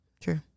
True